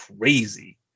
crazy